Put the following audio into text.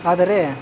ಆದರೆ